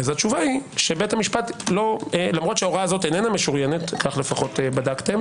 התשובה למרות שהוראה זו אינה משוריינת כך לפחות בדקתם